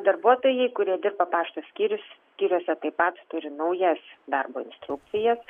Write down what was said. darbuotojai kurie dirba pašto skyrius skyriuose taip pat turi naujas darbo instrukcijas